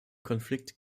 konflikt